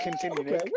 continue